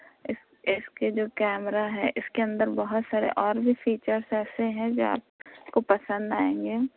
اِس اِس کے جو کیمرا ہے اِس کے اندر بہت سارے اور بھی جو فیچرس ایسے ہیں جو آپ کو پسند آئیں گے